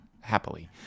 happily